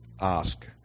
ask